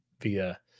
via